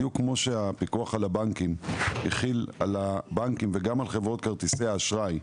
בדיוק כמו שהפיקוח על הבנקים החיל על הבנקים ועל חברות כרטיסי האשראי.